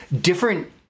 different